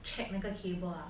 check 那个 cable ah